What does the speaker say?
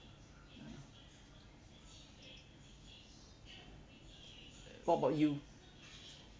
what about you